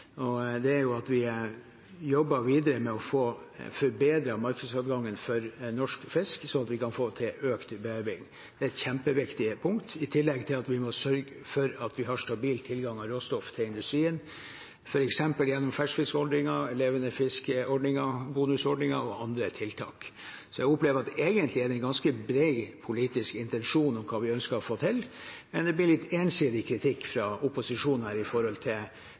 er at vi jobber videre med å få forbedret markedsadgangen for norsk fisk, slik at vi kan få til økt bearbeiding. Det er et kjempeviktig punkt. I tillegg må vi sørge for at vi har stabil tilgang av råstoff til industrien, f.eks. gjennom ferskfiskordningen, levende fisk-ordningen, bonusordningen og andre tiltak. Jeg opplever at det egentlig er en ganske bred politisk intensjon om hva vi ønsker å få til, men det blir litt ensidig kritikk fra opposisjonen her knyttet til forhold